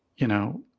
you know,